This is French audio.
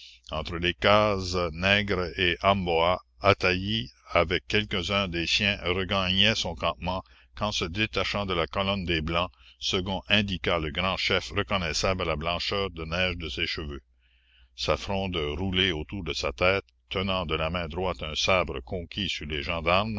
entre les cases nègres et amboa ataï avec quelques-uns des siens regagnait son campement quand se détachant de la colonne des blancs segon indiqua le grand chef reconnaissable à la blancheur de neige de ses cheveux sa fronde roulée autour de sa tête tenant de la main droite un sabre conquis sur les gendarmes